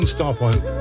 Starpoint